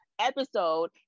Episode